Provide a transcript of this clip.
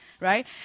right